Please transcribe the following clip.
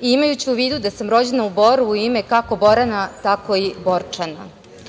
i imajući u vidu da sam rođena u Boru, kako u ime Borana, tako i Borčana. Znajući